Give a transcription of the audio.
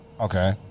Okay